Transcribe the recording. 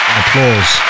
applause